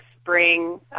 spring